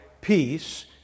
peace